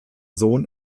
sohn